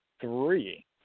three